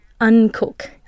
Uncook